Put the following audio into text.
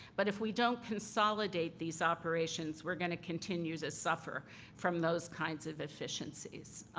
but if we don't consolidate these operations, we're going to continue to suffer from those kinds of efficiencies.